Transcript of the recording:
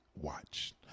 watch